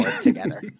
together